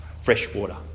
freshwater